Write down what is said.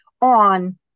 on